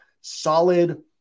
solid